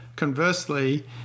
Conversely